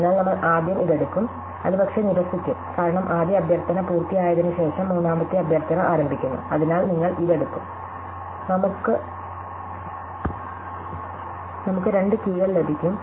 അതിനാൽ നമ്മൾ ആദ്യം ഇത് എടുക്കും അത് പക്ഷെ നിരസിക്കും കാരണം ആദ്യ അഭ്യർത്ഥന പൂർത്തിയായതിന് ശേഷം മൂന്നാമത്തെ അഭ്യർത്ഥന ആരംഭിക്കുന്നു അതിനാൽ നിങ്ങൾ ഇത് എടുക്കും നമുക്ക് രണ്ട് കീകൾ ലഭിക്കും